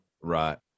Right